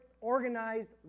organized